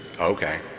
Okay